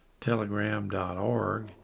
telegram.org